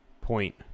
point